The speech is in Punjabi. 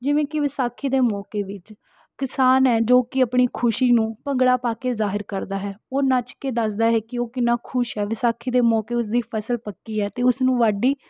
ਜਿਵੇਂ ਕਿ ਵਿਸਾਖੀ ਦੇ ਮੌਕੇ ਵਿੱਚ ਕਿਸਾਨ ਹੈ ਜੋ ਕਿ ਆਪਣੀ ਖੁਸ਼ੀ ਨੂੰ ਭੰਗੜਾ ਪਾ ਕੇ ਜ਼ਾਹਰ ਕਰਦਾ ਹੈ ਉਹ ਨੱਚ ਕੇ ਦੱਸਦਾ ਹੈ ਕਿ ਉਹ ਕਿੰਨਾ ਖੁਸ਼ ਹੈ ਵਿਸਾਖੀ ਦੇ ਮੌਕੇ ਉਸ ਦੀ ਫਸਲ ਪੱਕੀ ਹੈ ਅਤੇ ਉਸ ਨੂੰ ਵਾਢੀ